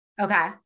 Okay